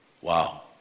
Wow